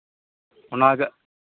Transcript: ᱚᱱᱟ ᱜᱮ